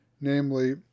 namely